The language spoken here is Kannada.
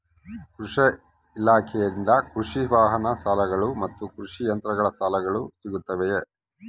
ಕೃಷಿ ಇಲಾಖೆಯಿಂದ ಕೃಷಿ ವಾಹನ ಸಾಲಗಳು ಮತ್ತು ಕೃಷಿ ಯಂತ್ರಗಳ ಸಾಲಗಳು ಸಿಗುತ್ತವೆಯೆ?